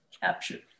captured